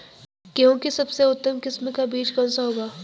गेहूँ की सबसे उत्तम किस्म का बीज कौन सा होगा?